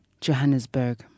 Johannesburg